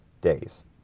days